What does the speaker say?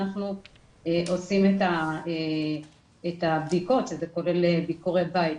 אנחנו עושים את הבדיקות שזה כולל ביקורת בית.